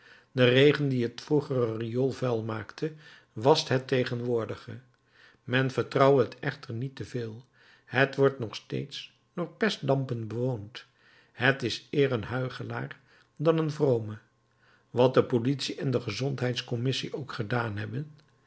de regen die het vroegere riool vuil maakte wascht het tegenwoordige men vertrouwe het echter niet te veel het wordt nog steeds door pestdampen bewoond het is eer een huichelaar dan een vrome wat de politie en de gezondheidscommissie ook gedaan hebben